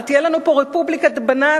אבל תהיה לנו פה רפובליקת בננות,